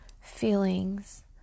feelings